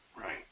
Right